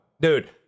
Dude